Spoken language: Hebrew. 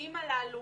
המדדים הללו